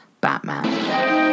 Batman